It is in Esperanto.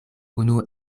unu